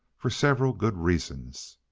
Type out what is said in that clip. for several good reasons.